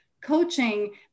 Coaching